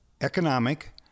economic